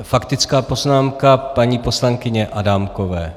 Faktická poznámka paní poslankyně Adámkové.